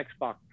Xbox